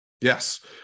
Yes